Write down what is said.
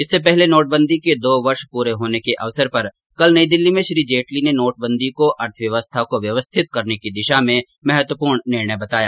इससे पहले नोटबंदी के दो वर्ष पूरे होने के अवसर पर कल नई दिल्ली में श्री जेटली ने नोटबंदी को अर्थव्यवस्था को व्यवस्थित करने की दिशा में महत्वपूर्ण निर्णय बताया